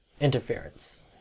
interference